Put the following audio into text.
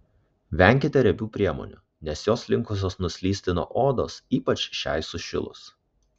venkite riebių priemonių nes jos linkusios nuslysti nuo odos ypač šiai sušilus